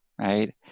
right